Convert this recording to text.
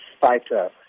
fighter